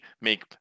make